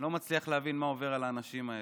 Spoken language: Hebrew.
לא מצליח להבין מה עובר על האנשים האלה,